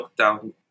lockdown